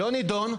לא נידון,